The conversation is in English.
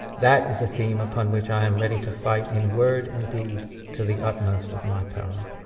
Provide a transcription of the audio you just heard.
that is a theme upon which i am ready to fight in word and deed to the utmost of my power.